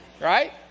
Right